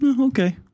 okay